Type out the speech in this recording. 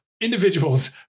individuals